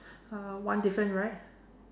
uh one different right